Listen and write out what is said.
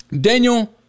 Daniel